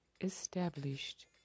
established